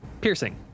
Piercing